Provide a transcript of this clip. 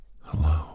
Hello